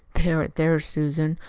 there, there, susan,